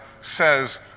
says